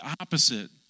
opposite